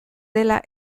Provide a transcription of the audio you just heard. dela